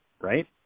Right